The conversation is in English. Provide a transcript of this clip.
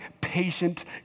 patient